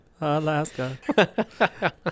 Alaska